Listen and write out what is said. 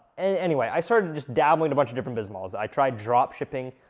and anyway, i started just dabbling a bunch of different business models i tried dropshipping,